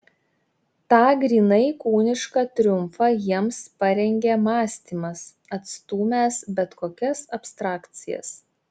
tą grynai kūnišką triumfą jiems parengė mąstymas atstūmęs bet kokias abstrakcijas